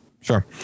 Sure